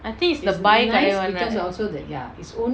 I think is the one right